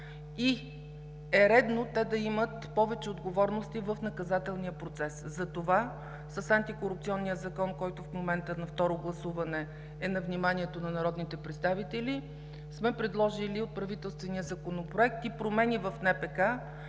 и е редно, те да имат повече отговорности в наказателния процес. Затова с Антикорупционния закон, който в момента е на второ гласуване и е на вниманието на народните представители, сме предложили от правителствения Законопроект и промени в НПК,